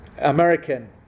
American